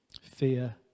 Fear